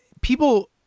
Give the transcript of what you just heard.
people